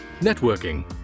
networking